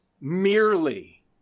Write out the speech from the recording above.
merely